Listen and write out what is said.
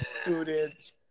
student